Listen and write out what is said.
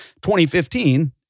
2015